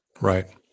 Right